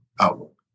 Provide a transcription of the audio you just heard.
outlook